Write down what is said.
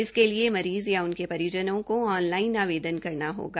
इसके लिए मरीज या उनके परिजनों को ऑनलाइन आवेदन करना होगा